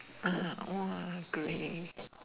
[aha] oh ah great